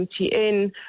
MTN